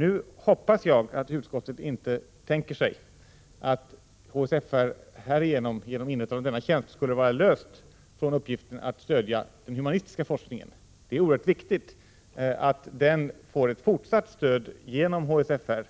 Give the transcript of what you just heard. Jag hoppas nu att utskottet inte tänker sig att HSFR genom inrättandet av denna tjänst skulle vara löst från uppgiften att stödja den humanistiska forskningen. Det är oerhört viktigt att den får ett fortsatt stöd genom HSFR.